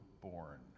born